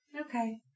Okay